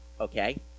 okay